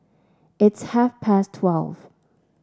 its half past twelve